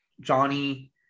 Johnny